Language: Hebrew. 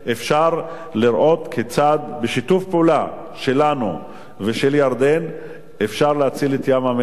אפשר לראות כיצד בשיתוף פעולה שלנו ושל ירדן אפשר להציל את ים-המלח.